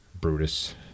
Brutus